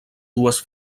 dues